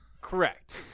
Correct